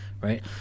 right